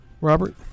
Robert